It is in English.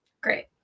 Great